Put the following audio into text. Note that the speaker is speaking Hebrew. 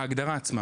ההגדרה עצמה.